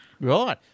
Right